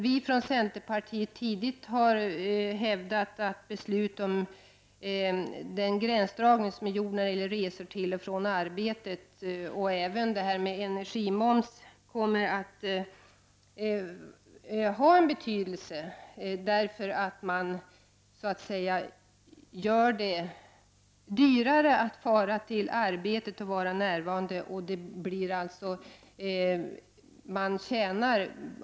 Vi i centerpartiet har tidigt hävdat att beslut om gränsdragning i fråga om resor till och från arbetet samt även detta med energimoms kommer att ha en betydelse, eftersom det blir dyrare att fara till arbetet och vara i tjänst.